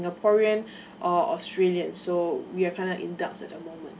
singaporean or australian so we are currently in doubt at the moment